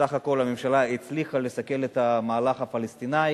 סך הכול הממשלה הצליחה לסכל את המהלך הפלסטיני